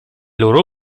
loro